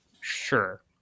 sure